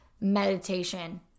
meditation